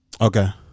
Okay